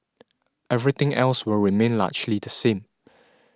everything else will remain largely the same